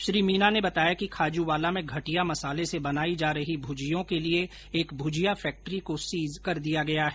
श्री मीना ने बताया कि खाजूवाला में घटिया मसाले से बनाई जा रही भुजियों के लिए एक भुजिया फैक्ट्री को सीज कर दिया गया है